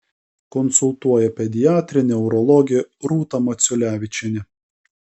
konsultuoja pediatrė neurologė rūta maciulevičienė